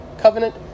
covenant